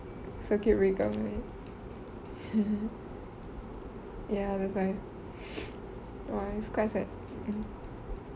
circuit breaker ya that's why !wah! it's quite sad